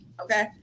okay